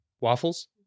Waffles